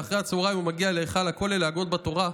ואחרי הצוהריים הוא מגיע להיכל הכולל להגות בתורה.